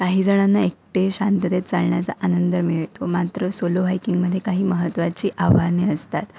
काही जणांना एकटे शांततेत चालण्याचा आनंद मिळतो मात्र सोलो हायकिंगमध्ये काही महत्त्वाची आव्हाने असतात